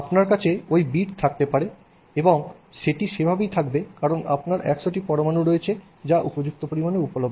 আপনার কাছে ওই বিট থাকতে পারে এবং এটি সেভাবেই থাকবে কারণ আপনার সেখানে 100 টি পরমাণু রয়েছে যা উপযুক্ত পরিমাণে উপলব্ধ